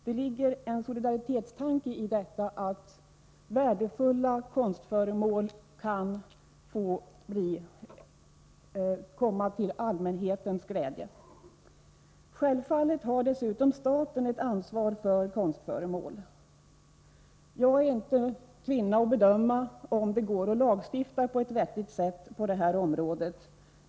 Det finns en solidaritetstanke i detta resonemang, att värdefulla konstföremål skall kunna bli till glädje för allmänheten. Självfallet har också staten ansvar för konstföremålen. Jag är inte kvinna att bedöma om det är möjligt att åstadkomma en vettig lagstiftning på det här området.